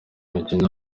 umukinnyi